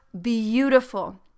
beautiful